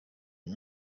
uyu